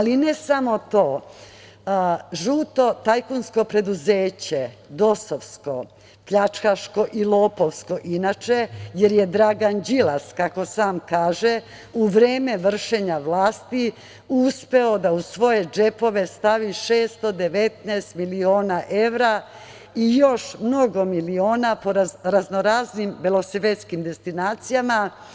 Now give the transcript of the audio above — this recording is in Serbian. Žuto tajkunsko preduzeće, DOS-ovsko, pljačkaško i lopovsko, inače, jer je Dragan Đilas, kako sam kaže, u vreme vršenja vlasti uspeo da u svoje džepove stavi 619 miliona evra i još mnogo miliona po raznoraznim belosvetskim destinacijama.